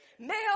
male